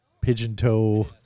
pigeon-toe